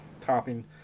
topping